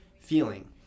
feeling